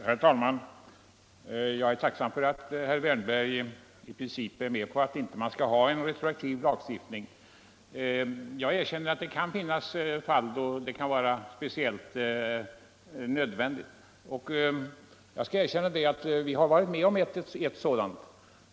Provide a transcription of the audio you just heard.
Herr talman! Jag är tacksam för att herr Wärnberg i princip är med på att man inte skall ha någon retroaktiv lagstiftning. Jag medger att det kan finnas fall då en sådan kan framstå som speciellt nödvändig. Jag skall även erkänna att vi har varit med om ett sådant fall.